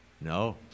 No